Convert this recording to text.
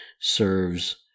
serves